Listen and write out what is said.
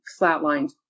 flatlined